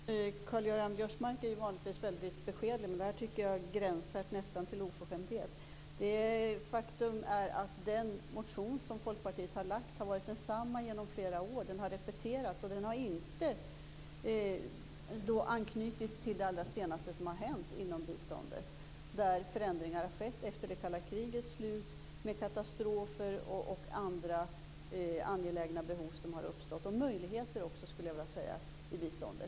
Fru talman! Karl-Göran Biörsmark är ju vanligtvis väldigt beskedlig, men det här tycker jag nästan gränsar till oförskämdhet. Faktum är att den motion som Folkpartiet har lagt fram har varit densamma i flera år. Den har repeterats, och den har inte anknutit till det allra senaste som har hänt inom biståndet. Förändringar har skett efter det kalla krigets slut och katastrofer och andra angelägna behov - men även möjligheter skulle jag vilja säga - har uppstått i biståndet.